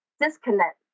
disconnect